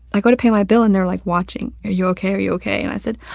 i go to pay my bill, and they're, like, watching. are you ok? are you ok? and i said,